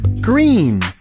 Green